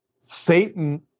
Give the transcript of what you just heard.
Satan